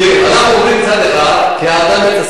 אנחנו אומרים מצד אחד "כי האדם עץ השדה",